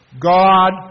God